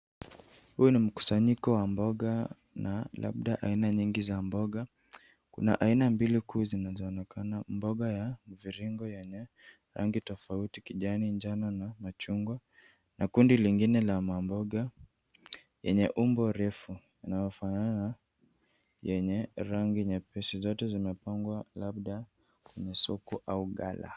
Huu ni mkusanyiko wa mboga na labda aina nyingi za mboga. Kuna aina mbili kuu zinazoonekana mboga ya mviringo yenye rangi tofauti kijani, njano na machungwa na kundi lingine la mamboga yenye umbo refu unaofanana na yenye rangi nyepesi. Zote zimepangwa labda kwenye soko au ghala.